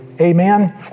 Amen